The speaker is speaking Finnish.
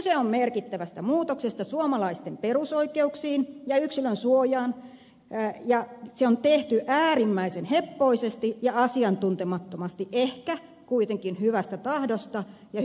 kyse on merkittävästä muutoksesta suomalaisten perusoikeuksiin ja yksilönsuojaan ja se on tehty äärimmäisen heppoisesti ja asiantuntemattomasti ehkä kuitenkin hyvästä tahdosta ja hyvästä tarkoituksesta